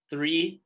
Three